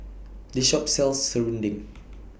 This Shop sells Serunding